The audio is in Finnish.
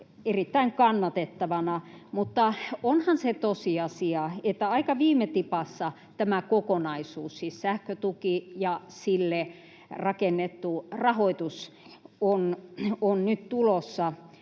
erittäin kannatettavana, mutta onhan se tosiasia, että aika viime tipassa tämä kokonaisuus — siis sähkötuki ja sille rakennettu rahoitus — on nyt tulossa.